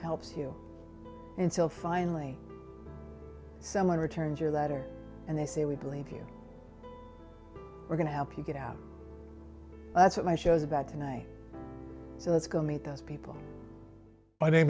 helps you until finally someone returns your letter and they say we believe you we're going to help you get out that's what my show's about tonight so let's go meet those people